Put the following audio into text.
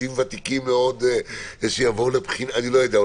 דין ותיקים מאוד שיבואו לבחינה אני לא יודע.